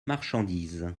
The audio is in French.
marchandise